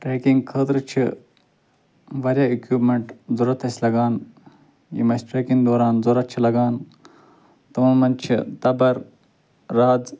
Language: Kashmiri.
ٹرٛیکِنٛگ خٲطرٕ چھِ واریاہ اِکوِپمیٚنٹ ضروٗرت اسہِ لَگان یِم اسہِ ٹرٛیکِنٛگ ضروٗرت چھِ لَگان تِمو مَنٛز چھِ تَبٕر رَز